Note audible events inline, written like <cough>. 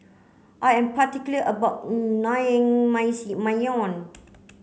I am particular about <unintelligible>